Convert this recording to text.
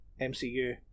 MCU